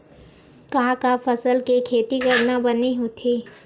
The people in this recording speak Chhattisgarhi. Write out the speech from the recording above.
का का फसल के खेती करना बने होथे?